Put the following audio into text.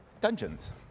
Dungeons